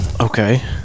Okay